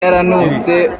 yarananutse